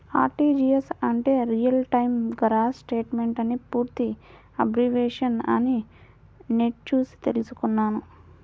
RTGS అంటే real time gross settlement అని పూర్తి అబ్రివేషన్ అని నెట్ చూసి తెల్సుకున్నాను